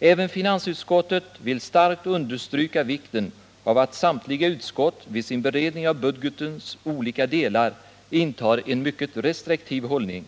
”Även finansutskottet vill starkt understryka vikten av att samtliga utskott vid sin beredning av budgetens olika delar intar en mycket restriktiv hållning.